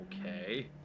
Okay